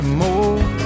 more